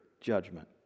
judgment